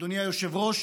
אדוני היושב-ראש,